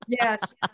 Yes